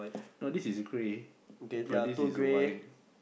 no this is grey but this is white